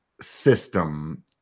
system